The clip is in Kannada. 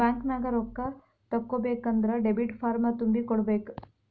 ಬ್ಯಾಂಕ್ನ್ಯಾಗ ರೊಕ್ಕಾ ತಕ್ಕೊಬೇಕನ್ದ್ರ ಡೆಬಿಟ್ ಫಾರ್ಮ್ ತುಂಬಿ ಕೊಡ್ಬೆಕ್